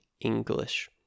English